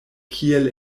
kiel